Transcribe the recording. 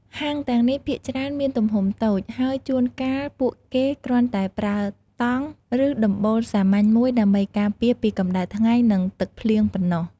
ហាងទាំងនេះភាគច្រើនមានទំហំតូច ហើយជួនកាលពួកគេគ្រាន់តែប្រើតង់ ឬដំបូលសាមញ្ញមួយដើម្បីការពារពីកម្ដៅថ្ងៃនិងទឹកភ្លៀងប៉ុណ្ណោះ។